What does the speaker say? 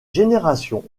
génération